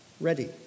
ready